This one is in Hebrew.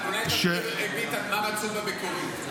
אבל אולי תגיד מה רצו במקורית.